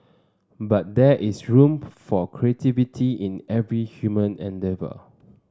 but there is room for creativity in every human endeavour